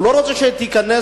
הוא לא רוצה שהיא תיכנס.